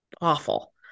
awful